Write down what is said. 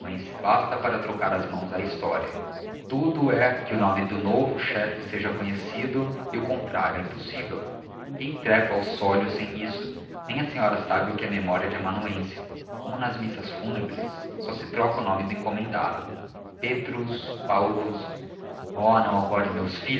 amanuense basta para trocar as mãos à história tudo é que o nome do novo chefe seja conhecido e o contrário é impossível ninguém trepa ao sólio sem isso nem a senhora sabe o que é memória de amanuense como nas missas fúnebres só se troca o nome do encomendado petrus paulus oh